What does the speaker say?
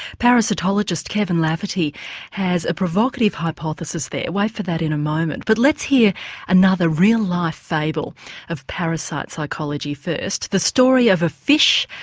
parasitologist kevin lafferty has a provocative hypothesis there wait for that in a moment. but let's hear another real life fable of parasite psychology first. the story of a fish,